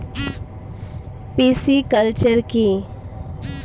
Pisciculture কি?